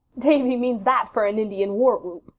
davy means that for an indian war-whoop,